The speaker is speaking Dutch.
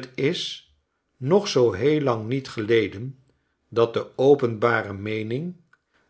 t is nog zoo heel lang niet geleden dat de openbare meening